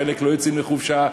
חלק לא יוצאים לחופשה,